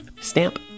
Stamp